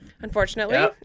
unfortunately